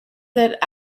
that